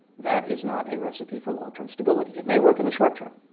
that is not a recipe for long-term stability. it may work in the short term.